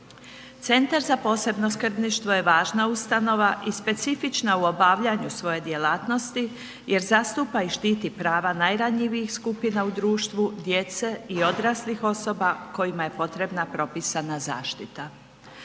Centar za posebno skrbništvo je važna ustanova i specifična u obavljanju svoje djelatnosti jer zastupa i štiti prava najranjivijih skupina u društvu, djece i odraslih osoba kojima je potrebna propisana zaštita.